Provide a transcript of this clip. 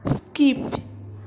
skip